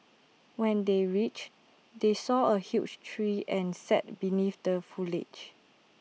when they reached they saw A huge tree and sat beneath the foliage